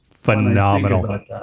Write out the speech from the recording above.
phenomenal